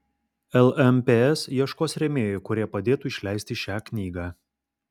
lmps ieškos rėmėjų kurie padėtų išleisti šią knygą